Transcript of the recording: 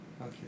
Okay